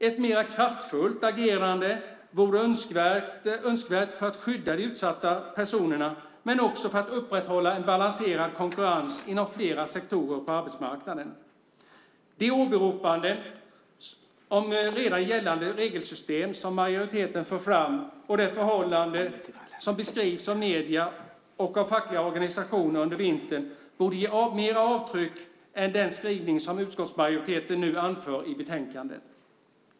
Ett mera kraftfullt agerande vore önskvärt för att skydda de utsatta personerna men också för att upprätthålla en balanserad konkurrens inom flera sektorer på arbetsmarknaden. De åberopanden om redan gällande regelsystem som majoriteten för fram och det förhållande som beskrivs av medier och fackliga organisationer under vintern borde ge mera avtryck än den skrivning som utskottsmajoriteten nu anför i betänkandet.